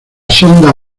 sonda